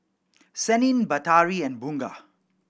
Senin Batari and Bunga